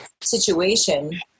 situation